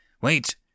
Wait